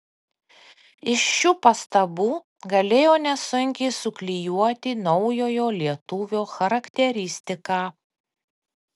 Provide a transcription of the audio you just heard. iš šių pastabų galėjo nesunkiai suklijuoti naujojo lietuvio charakteristiką